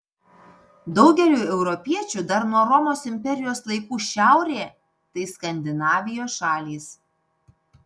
daugeliui europiečių dar nuo romos imperijos laikų šiaurė tai skandinavijos šalys